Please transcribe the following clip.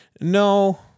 No